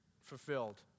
fulfilled